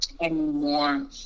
anymore